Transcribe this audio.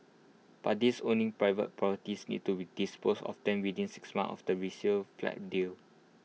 but these owning private properties need to dispose of them within six months of the resale flat deal